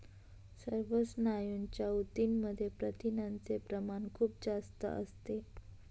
सर्व स्नायूंच्या ऊतींमध्ये प्रथिनांचे प्रमाण खूप जास्त असते